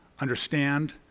understand